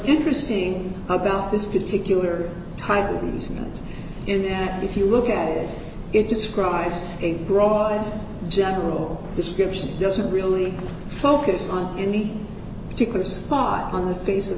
interesting about this particular type of the sentence in fact if you look at it it describes a broad general description doesn't really focus on any particular spot on the face of